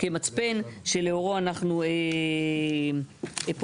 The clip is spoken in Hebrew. כמצפן שלאורו אנחנו פועלים.